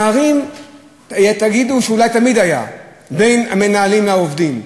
אולי תגידו שתמיד היו פערים בין המנהלים לעובדים,